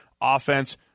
offense